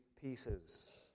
pieces